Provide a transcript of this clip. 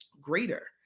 greater